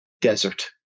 desert